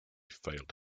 failed